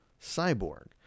cyborg